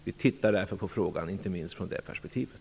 Vi tittar därför på frågan inte minst i det perspektivet.